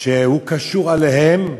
כלשהן שהוא קשור אליהן,